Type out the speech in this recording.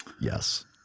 Yes